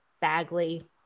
Bagley